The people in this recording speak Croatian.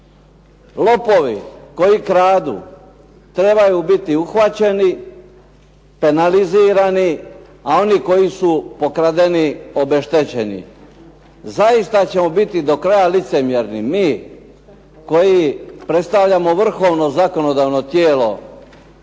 Lopovi koji kradu trebaju biti uhvaćeni, penalizirani, a oni koji su pokradeni obeštećeni. Zaista ćemo biti do kraja licemjerni, mi koji predstavljamo vrhovno zakonodavno tijelo